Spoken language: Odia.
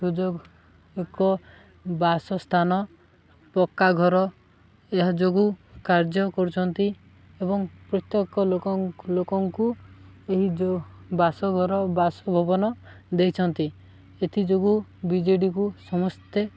ସୁଯୋଗ ଏକ ବାସସ୍ଥାନ ପକ୍କା ଘର ଏହା ଯୋଗୁଁ କାର୍ଯ୍ୟ କରୁଛନ୍ତି ଏବଂ ପ୍ରତ୍ୟେକ ଲୋକ ଲୋକଙ୍କୁ ଏହି ଯେଉଁ ବାସଘର ବାସଭବନ ଦେଇଛନ୍ତି ଏଥିଯୋଗୁଁ ବିଜେଡ଼ିକୁ ସମସ୍ତେ